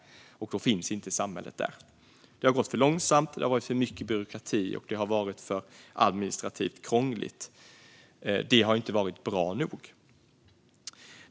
Då finns inte samhället där. Det har gått för långsamt, det har varit för mycket byråkrati och det har varit för administrativt krångligt - och det har inte varit bra nog.